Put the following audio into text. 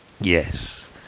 yes